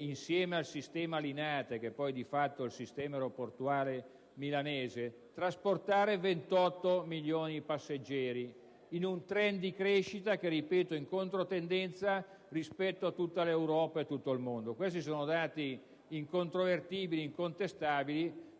insieme a quello di Linate - che è poi di fatto il sistema aeroportuale milanese - vede trasportare 28 milioni di passeggeri, con un *trend* di crescita che, lo ripeto, è in controtendenza rispetto a tutta l'Europa e a tutto il mondo. Si tratta di dati incontrovertibili ed incontestabili,